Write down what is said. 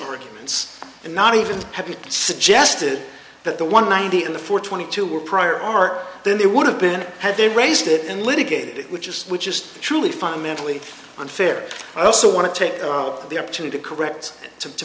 arguments and not even have it suggested that the one ninety in the four twenty two were prior art then they would have been had they raised it and litigate it which is which is truly fundamentally unfair i also want to take the opportunity to correct to to